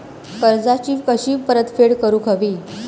कर्जाची कशी परतफेड करूक हवी?